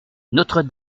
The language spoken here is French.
notre